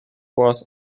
was